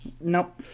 Nope